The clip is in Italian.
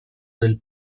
del